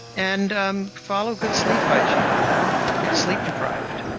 and um follow good sleep hygiene, don't get sleep deprived.